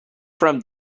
from